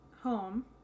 home